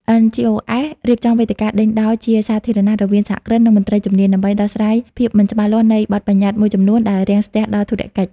NGOs រៀបចំវេទិកាដេញដោលជាសាធារណៈរវាងសហគ្រិន និងមន្ត្រីជំនាញ ដើម្បីដោះស្រាយភាពមិនច្បាស់លាស់នៃបទប្បញ្ញត្តិមួយចំនួនដែលរាំងស្ទះដល់ធុរកិច្ច។